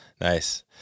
nice